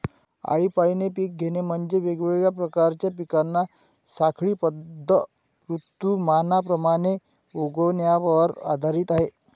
आळीपाळीने पिक घेणे म्हणजे, वेगवेगळ्या प्रकारच्या पिकांना साखळीबद्ध ऋतुमानाप्रमाणे उगवण्यावर आधारित आहे